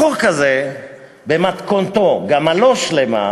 החוק הזה במתכונתו גם הלא-שלמה,